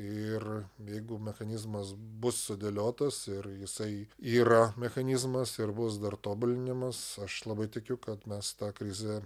ir jeigu mechanizmas bus sudėliotas ir jisai yra mechanizmas ir bus dar tobulinimas aš labai tikiu kad mes tą krizę